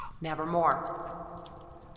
Nevermore